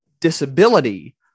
disability